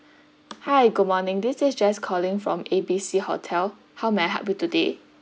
hi good morning this is jess calling from A B C hotel how may I help you today